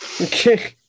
Okay